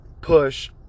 push